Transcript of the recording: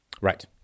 Right